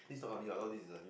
got to